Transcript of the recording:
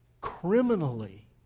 criminally